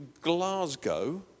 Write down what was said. Glasgow